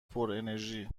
پرانرژی